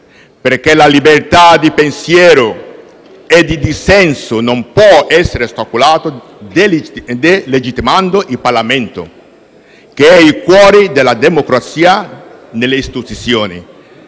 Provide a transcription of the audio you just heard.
perché la libertà di pensiero e di dissenso non può essere ostacolata delegittimando il Parlamento, che è il cuore della democrazia nelle istituzioni,